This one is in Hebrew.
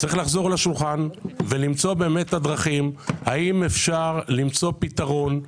צריך לחזור לשולחן ולמצוא באמת את הדרכים האם אפשר למצוא פתרון.